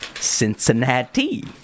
Cincinnati